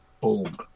Boom